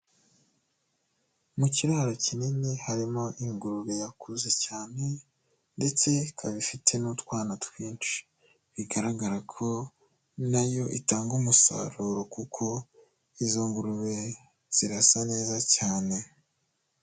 Mu kiraro kinini harimo ingurube yakuze cyane, ndetse ikaba ifite n'utwana twinshi, bigaragara ko nayo itanga umusaruro kuko izo ngurube zirasa neza cyane.